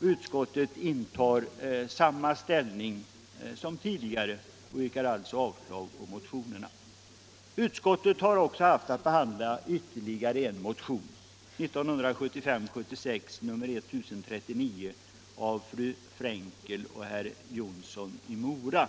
Utskottet intar samma ställning som tidigare och yrkar alltså avslag på motionerna. Utskottet har haft att behandla ytterligare en motion, 1975/76:1038 av fru Frenkel och herr Jonsson i Mora.